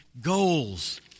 goals